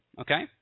Okay